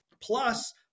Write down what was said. Plus